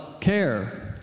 care